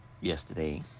yesterday